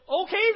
okay